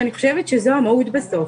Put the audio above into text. ואני חושבת שזוהי המהות בסוף,